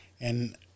And-